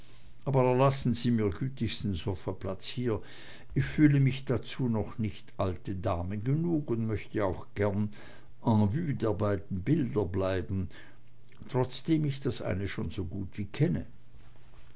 aber erlassen sie mir gütigst den sofaplatz hier ich fühle mich dazu noch nicht alte dame genug und möcht auch gern en vue der beiden bilder bleiben trotzdem ich das eine davon schon so gut wie kenne